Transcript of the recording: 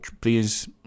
please